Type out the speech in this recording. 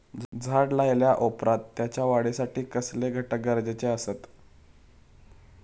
झाड लायल्या ओप्रात त्याच्या वाढीसाठी कसले घटक गरजेचे असत?